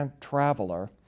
Traveler